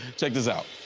check this out.